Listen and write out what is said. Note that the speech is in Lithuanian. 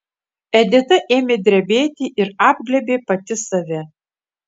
edita ėmė drebėti ir apglėbė pati save